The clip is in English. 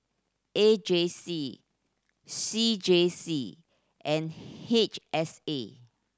A J C C J C and H S A